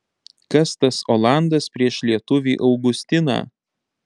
kas tas olandas prieš lietuvį augustiną